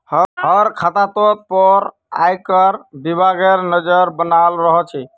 हर खातातोत पर आयकर विभागेर नज़र बनाल रह छे